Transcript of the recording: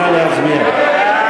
נא להצביע.